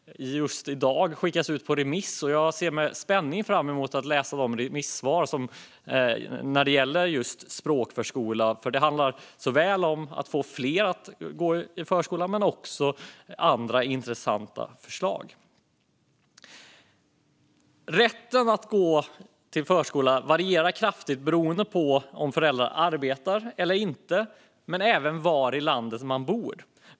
Just i dag skickades den ut på remiss, och jag ser med spänning fram emot att läsa de remissvar som gäller språkförskola. Det handlar om att få fler att gå i förskola, men det finns också andra intressanta förslag. Rätten till förskola varierar kraftigt beroende på om föräldrarna arbetar eller inte och var i landet man bor.